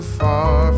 far